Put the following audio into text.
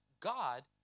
God